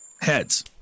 Heads